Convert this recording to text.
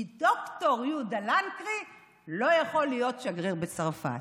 כי ד"ר יהודה לנקרי לא יכול להיות שגריר בצרפת.